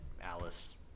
Alice